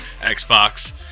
Xbox